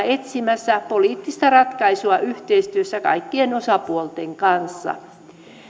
etsimässä poliittista ratkaisua yhteistyössä kaikkien osapuolten kanssa